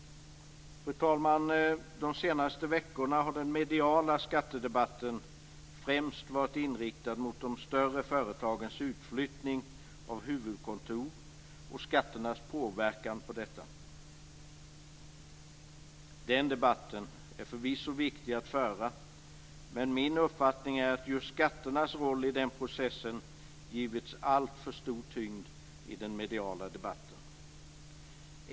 Fru talman! De senaste veckorna har den mediala skattedebatten främst varit inriktad mot de större företagens utflyttning av huvudkontor och skatternas påverkan på detta. Den debatten är förvisso viktig att föra, men min uppfattning är att just skatternas roll i den processen givits alltför stor tyngd i den mediala debatten.